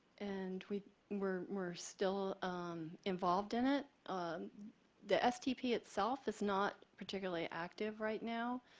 and we were were still um involved in it. um the stp itself is not particularly active right now,